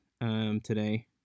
today